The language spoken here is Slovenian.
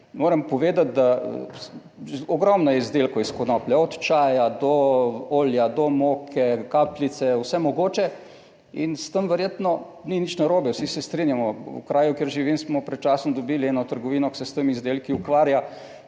Moram povedati, da ogromno je izdelkov iz konoplje, od čaja do olja, do moke, kapljice, vse mogoče in s tem verjetno ni nič narobe. Vsi se strinjamo, v kraju, kjer živim, smo pred časom dobili eno trgovino, ki se s temi izdelki ukvarja,